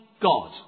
God